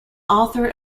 author